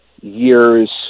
years